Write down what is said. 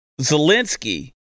Zelensky